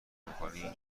میکنی